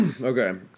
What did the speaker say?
Okay